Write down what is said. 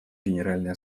генеральной